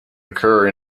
occur